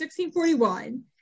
1641